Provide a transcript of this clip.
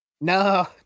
No